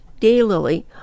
daylily